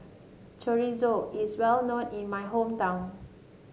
Chorizo is well known in my hometown